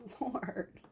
Lord